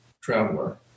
traveler